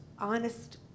honest